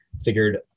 Figured